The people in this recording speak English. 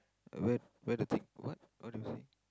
where where the pick what what do you say